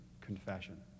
confession